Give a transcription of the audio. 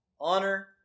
honor